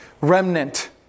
Remnant